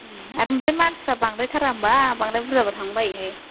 आर आमफ्राय मानसिफोरा बांद्रायथारा होमबा बांद्राय बुरजा थांनो बायो हाय